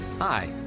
Hi